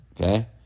okay